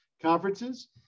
conferences